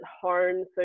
home